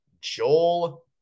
Joel